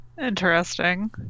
Interesting